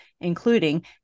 including